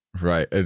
Right